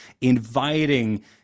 inviting